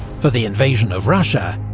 for the invasion of russia,